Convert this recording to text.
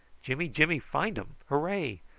jimmy-jimmy find um. hooray!